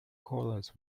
callers